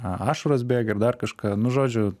ašaros bėga ir dar kažką nu žodžiu